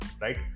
right